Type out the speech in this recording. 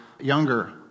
younger